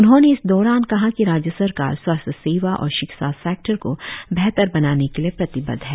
उन्होंने इस दौरान कहा की राज्य सरकार स्वास्थ्य सेवा और शिक्षा सेक्टर को बेहतर बनाने के लिए प्रतिबद्ध है